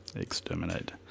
exterminate